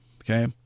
okay